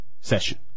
session